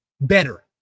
better